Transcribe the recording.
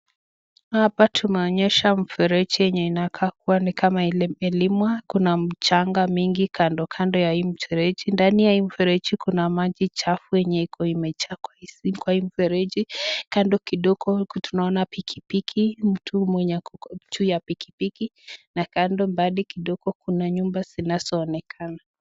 Hapa tumeonyesha mfereji yenye inakaa kuwa ni kama ililimwa. Kuna mchanga mingi kandokando ya hii mfereji. Ndani ya hii mfereji kuna maji chafu yenye iko imejaa kwa hii mfereji. Kando kidogo tunaona pikipiki, mtu mwenye ako juu ya pikipiki na kando mbadi kidogo kuna nyumba zinazoonekana.